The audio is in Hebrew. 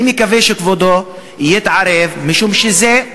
אני מקווה שכבודו יתערב, משום שזו,